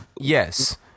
yes